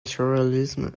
surrealism